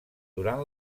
durant